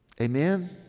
Amen